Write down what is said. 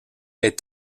est